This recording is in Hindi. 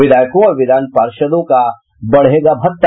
विधायकों और विधान पार्षदों को बढ़ेगा भत्ता